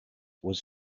was